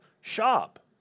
shop